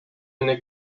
enne